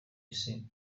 isi